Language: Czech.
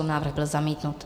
Návrh byl zamítnut.